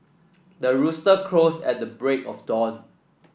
the rooster crows at the break of dawn